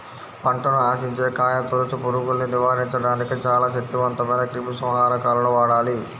పంటను ఆశించే కాయతొలుచు పురుగుల్ని నివారించడానికి చాలా శక్తివంతమైన క్రిమిసంహారకాలను వాడాలి